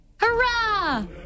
Hurrah